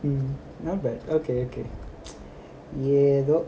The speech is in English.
mm not bad okay okay ஏதோ:yetho